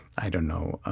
i don't know,